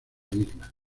isla